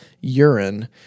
urine